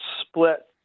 split